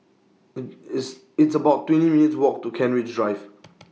IT It's It's about twenty minutes' Walk to Kent Ridge Drive